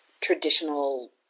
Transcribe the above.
traditional